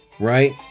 Right